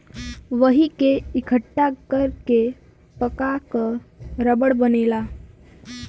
वही के इकट्ठा कर के पका क रबड़ बनेला